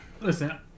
listen